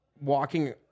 walking